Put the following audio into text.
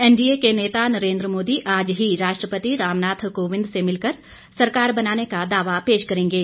NDA के नेता नरेन्द्र मोदी आज ही राष्ट्रपति रामनाथ कोविंद से मिलकर सरकार बनाने का दावा पेश करेंगे